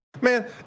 Man